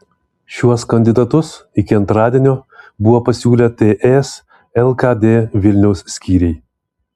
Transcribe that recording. šiuos kandidatus iki antradienio buvo pasiūlę ts lkd vilniaus skyriai